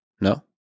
No